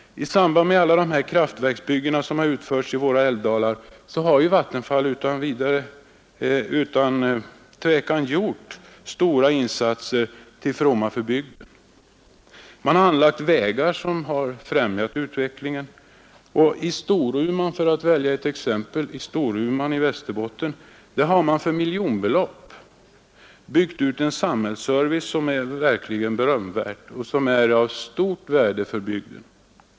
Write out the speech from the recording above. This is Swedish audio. I samband med alla dessa kraftverksbyggen som utförts i våra älvar har Vattenfall utan tvivel gjort stora insatser till fromma för bygden. Man har anlagt vägar som främjat utvecklingen. I Storuman i Västerbotten — för att välja ett exempel — har man för miljonbelopp byggt ut en samhällsservice som är berömvärd och som är av stort värde för bygden.